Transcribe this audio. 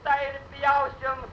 tą ir pjausim